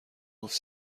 گفت